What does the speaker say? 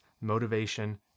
motivation